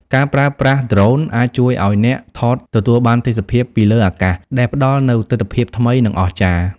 ការប្រើប្រាស់ Drone អាចជួយឲ្យអ្នកថតទទួលបានទេសភាពពីលើអាកាស ដែលផ្តល់នូវទិដ្ឋភាពថ្មី និងអស្ចារ្យ។